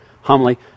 homily